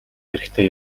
хэрэгтэй